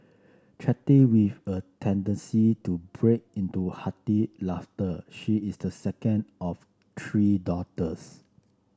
chatty with a tendency to break into hearty laughter she is the second of three daughters